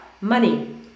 money